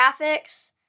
graphics